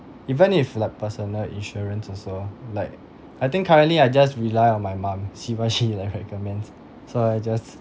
even if like personal insurance also like I think currently I just rely on my mum see what she like recommends so I just